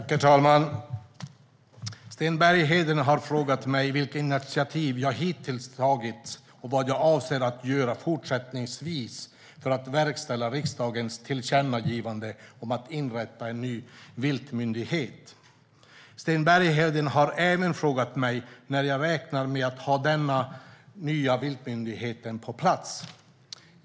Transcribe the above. Herr talman! Sten Bergheden har frågat mig vilka initiativ jag hittills tagit och vad jag avser att göra fortsättningsvis för att verkställa riksdagens tillkännagivande om att inrätta en ny viltmyndighet. Sten Bergheden har även frågat mig när jag räknar med att ha den nya viltmyndigheten på plats.